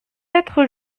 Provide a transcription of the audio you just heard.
être